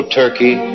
turkey